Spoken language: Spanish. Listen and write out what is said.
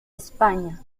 españa